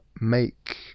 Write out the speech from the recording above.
make